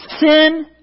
sin